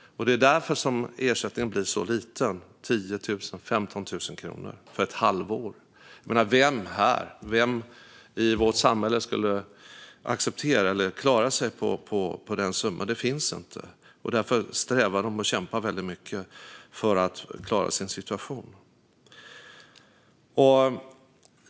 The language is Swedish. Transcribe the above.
Det är därför som ersättningen blir så liten, 10 000-15 000 kronor för ett halvår. Vem här, eller vem i vårt samhälle, skulle acceptera det och klara sig på den summan? Det finns ingen som gör det. Därför strävar de och kämpar väldigt mycket för att klara sin situation.